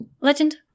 legend